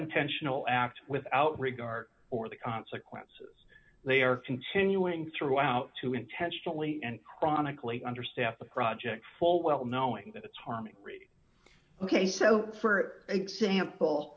intentional act without regard for the consequences they are continuing throughout to intentionally and chronically understaffed the project full well knowing that it's harming ok so for example